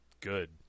good